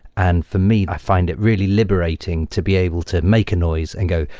and for me, i find it really liberating to be able to make a noise and go,